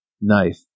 knife